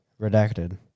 Redacted